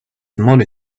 money